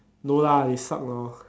no lah they suck lor